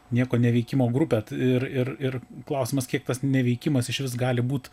nieko neveikimo grupę ir ir ir klausimas kiek tas neveikimas išvis gali būt